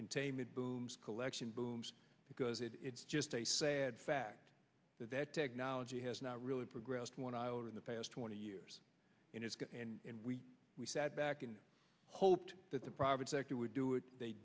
containment booms collection booms because it it's just a sad fact that technology has not really progressed one iota in the past twenty years and we we sat back and hoped that the private sector would do it they